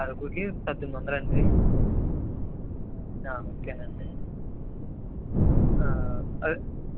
అరకుకి పద్దెనిమిది వందలా అండి ఓకేనండి అదే